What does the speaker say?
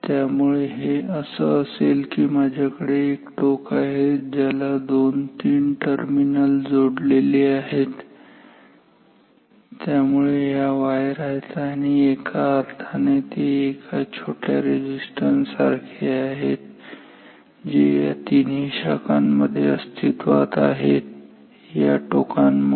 त्यामुळे हे असं असेल की माझ्याकडे एक टोक आहे ज्याला दोन तीन टर्मिनल जोडलेले आहेत ठीक आहे त्यामुळे ह्या वायर आहेत आणि एका अर्थाने ते एखाद्या छोट्या रेझिस्टन्स सारखे आहेत जे या तिन्ही शाखांमध्ये अस्तित्वात आहेत या टोका मुळे